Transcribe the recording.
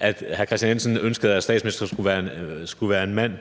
at hr. Kristian Jensen ønskede, at statsministeren skulle være en mand,